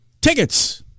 tickets